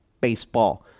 baseball